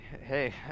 hey